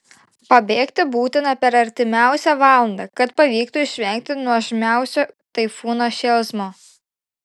pabėgti būtina per artimiausią valandą kad pavyktų išvengti nuožmiausio taifūno šėlsmo